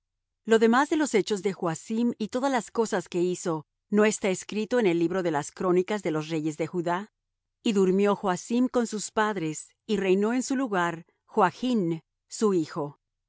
lo demás de los hechos de manahem y todas las cosas que hizo no está escrito en el libro de las crónicas de los reyes de israel y durmió manahem con sus padres y reinó en su lugar pekaía su hijo